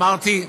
אמרתי,